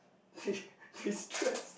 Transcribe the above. destress